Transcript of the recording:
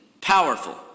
powerful